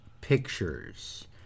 pictures